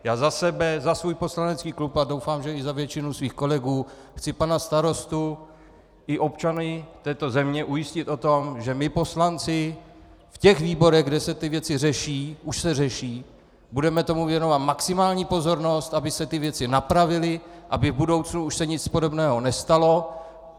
Já za sebe, za svůj poslanecký klub a doufám, že i za většinu svých kolegů chci pana starostu i občany této země ujistit o tom, že my poslanci v těch výborech, kde se ty věci řeší už se řeší budeme tomu věnovat maximální pozornost, aby se ty věci napravily, aby v budoucnu se už nic podobného nestalo.